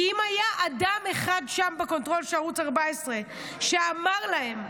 כי אם היה אדם אחד שם בקונטרול של ערוץ 14 שאמר להם: